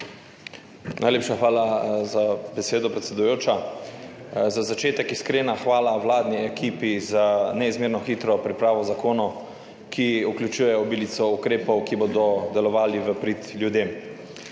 Najlepša hvala za besedo, predsedujoča. Za začetek iskrena hvala vladni ekipi za neizmerno hitro pripravo zakonov, ki vključujejo obilico ukrepov, ki bodo delovali v prid ljudem.